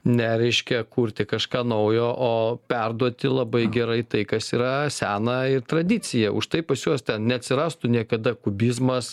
ne reiškia kurti kažką naujo o perduoti labai gerai tai kas yra sena ir tradicija už tai pas juos ten neatsirastų niekada kubizmas